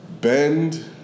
Bend